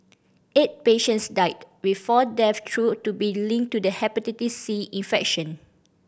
eight patients died with four deaths thought to be linked to the Hepatitis C infection